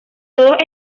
todos